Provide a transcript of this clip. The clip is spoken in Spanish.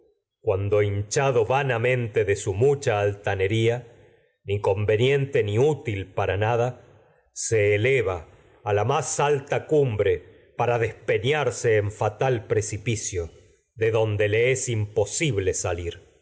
cuando hincha vanamente do de su mucha altanería ni conveniente ni útil para nada se eleva a la más alta cumbre para despeñarse en fatal precipicio de donde le es imposible salir